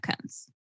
cones